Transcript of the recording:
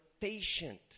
patient